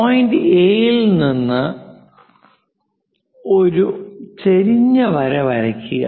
point A യിൽ നിന്ന് ഒരു ചെരിഞ്ഞ വര വരയ്ക്കുക